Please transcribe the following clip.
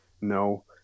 no